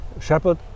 shepherd